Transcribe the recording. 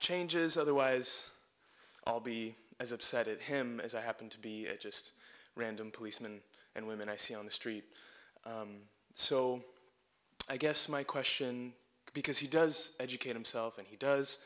changes otherwise i'll be as upset at him as i happen to be just random policemen and women i see on the street so i guess my question because he does educate himself and he does